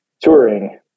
touring